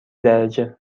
درجه